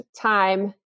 time